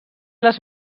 les